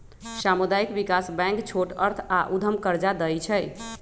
सामुदायिक विकास बैंक छोट अर्थ आऽ उद्यम कर्जा दइ छइ